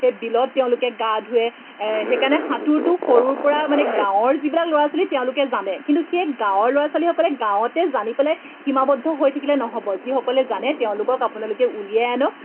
সেই বিলত তেওঁলোকে গা ধুৱে সেইকাৰণে সাঁতোৰটো সৰুৰ পৰা মানে গাঁৱৰ যিবিলাক ল'ৰা ছোৱালী তেওঁলোকে জানে কিন্তু সেই গাঁৱৰ ল'ৰা ছোৱালীসকলে গাঁৱতে জানি পেলাই সীমাবদ্ধ হৈ থাকিলে নহ'ব যিসকলে জানে তেওঁলোকক আপোনালোকে উলিয়াই আনক